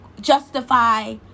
justify